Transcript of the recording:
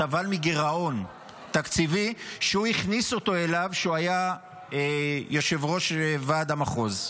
סבל מגירעון תקציבי שהוא הכניס אותו אליו כשהוא היה יושב-ראש ועד המחוז.